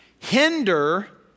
hinder